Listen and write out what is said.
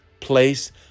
place